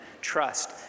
trust